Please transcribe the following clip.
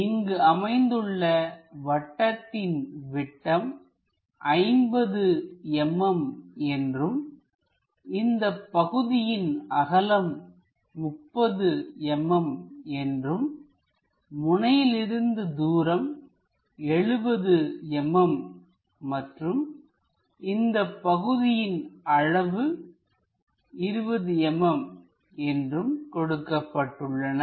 இங்கு அமைந்துள்ள வட்டத்தின் விட்டம் 50 mm என்றும் இந்தப் பகுதியின் அகலம் 30 mm என்றும் முனையிலிருந்து தூரம் 70 mm மற்றும் இந்தப்பகுதியின் அளவு 20 mm என்றும் கொடுக்கப்பட்டுள்ளன